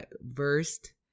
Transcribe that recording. versed